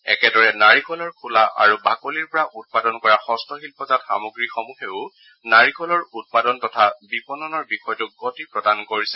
একেদৰে নাৰিকলৰ খোলা আৰু বাকলিৰ পৰা উৎপাদন কৰা হস্তশিল্পজাত সামগ্ৰীসমূহেও নাৰিকলৰ উৎপাদন তথা বিপণনৰ বিষয়টোক গতি প্ৰদান কৰিছে